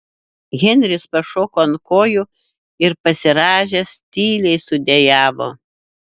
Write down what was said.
henris pašoko ant kojų ir pasirąžęs tyliai sudejavo